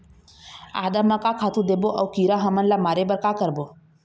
आदा म का खातू देबो अऊ कीरा हमन ला मारे बर का करबो?